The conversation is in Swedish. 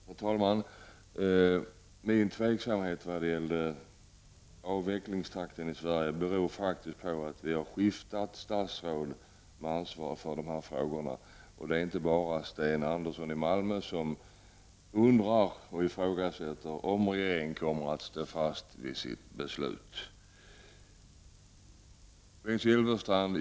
Herr talman! Min tveksamhet i fråga om avvecklingstakten i Sverige beror faktiskt på att det statsråd som har ansvar för de här frågorna har skiftats. Det är inte heller bara Sten Andersson i Malmö som ifrågasätter om regeringen kommer att stå fast vid sitt beslut. Bengt Silfverstrand!